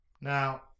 Now